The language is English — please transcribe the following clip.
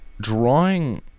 drawing